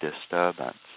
disturbance